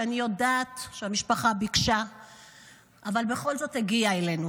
שאני יודעת שהמשפחה ביקשה אבל בכל זאת הגיע אלינו.